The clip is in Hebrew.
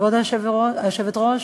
כבוד היושבת-ראש,